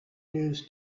news